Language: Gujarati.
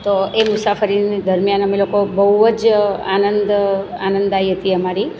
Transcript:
તો એ મુસાફરીની દરમિયાન અમે લોકો બહુ જ આનંદ આનંદદાઈ હતી અમારી